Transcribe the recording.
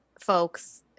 folks